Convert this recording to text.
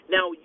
Now